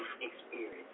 experience